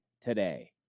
today